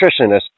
nutritionist